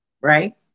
Right